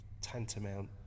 tantamount